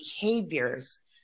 behaviors